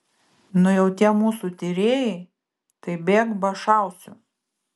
nu jau tie mūsų tyrėjai tai bėk ba šausiu